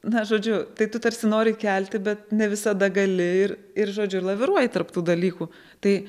na žodžiu tai tu tarsi nori kelti bet ne visada gali ir ir žodžiu ir laviruoji tarp tų dalykų tai